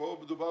כאן מדובר